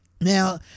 Now